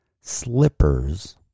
slippers